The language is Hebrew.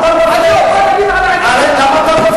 מה תגיד על העדה שלך,